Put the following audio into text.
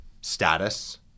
status